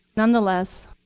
nonetheless,